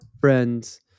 friends